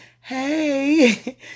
hey